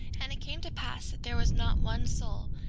and it came to pass that there was not one soul,